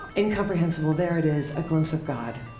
incomprehensible, there it is a glimpse of god.